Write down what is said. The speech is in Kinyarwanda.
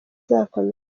zakomeje